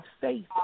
faith